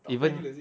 even